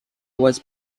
was